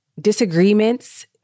disagreements